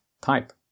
type